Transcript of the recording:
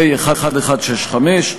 פ/1165/19,